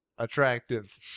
Attractive